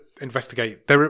investigate